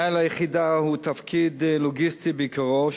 תפקיד מנהל היחידה הוא לוגיסטי בעיקרו.